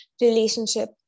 relationship